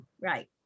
right